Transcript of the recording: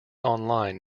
online